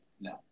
No